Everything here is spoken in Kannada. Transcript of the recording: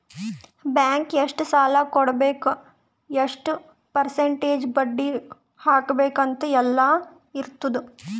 ಬ್ಯಾಂಕ್ ಎಷ್ಟ ಸಾಲಾ ಕೊಡ್ಬೇಕ್ ಎಷ್ಟ ಪರ್ಸೆಂಟ್ ಬಡ್ಡಿ ಹಾಕ್ಬೇಕ್ ಅಂತ್ ಎಲ್ಲಾ ಇರ್ತುದ್